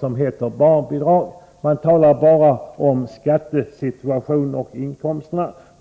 som heter barnbidrag. Man talar bara om skattesituation och inkomster.